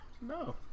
no